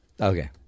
Okay